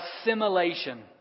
assimilation